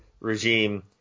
regime